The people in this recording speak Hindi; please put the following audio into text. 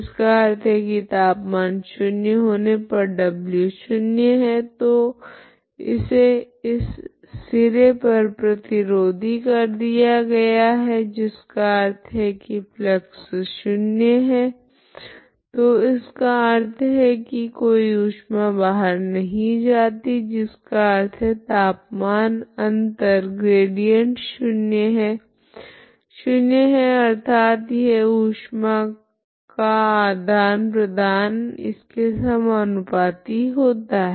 इसका अर्थ है की तापमान शून्य होने पर w शून्य है या तो इसे इस सिरे पर प्रतिरोधी कर दिया गया है जिसका अर्थ है की फ्लक्स शून्य है तो इसका अर्थ है की कोई ऊष्मा बाहर नहीं जाती जिसका अर्थ है तापमान अंतर ग्रेडिएंट शून्य है शून्य है अर्थात यह ऊष्मा का आदान प्रदान इसके समानुपाती होता है